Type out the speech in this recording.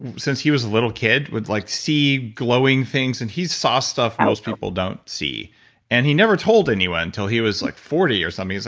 and since he was a little kid would like see glowing things and he saw stuff most people don't see and he never told anyone until he was like forty or something. he's